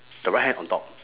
the right hand on top